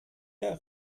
der